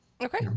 Okay